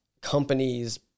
companies